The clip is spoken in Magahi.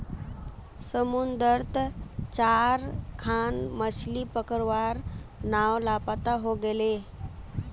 समुद्रत चार खन मछ्ली पकड़वार नाव लापता हई गेले